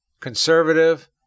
Conservative